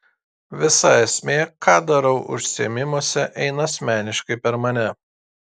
visa esmė ką darau užsiėmimuose eina asmeniškai per mane